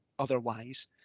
otherwise